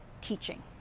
teaching